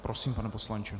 Prosím, pane poslanče.